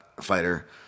fighter